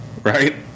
right